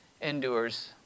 endures